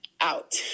out